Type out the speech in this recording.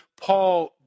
Paul